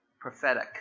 Prophetic